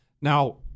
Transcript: Now